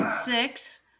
six